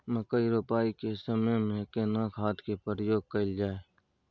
मकई रोपाई के समय में केना खाद के प्रयोग कैल जाय?